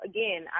Again